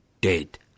dead